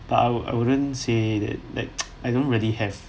but I I wouldn't say that like I don't really have